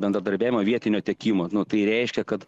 bendradarbiavimo vietinio tiekimo nuo tai reiškia kad